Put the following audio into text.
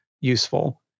useful